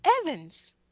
Evans